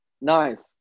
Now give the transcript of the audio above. Nice